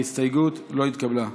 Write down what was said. ההסתייגות לא התקבלה.